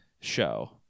show